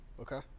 okay